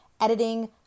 editing